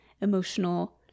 emotional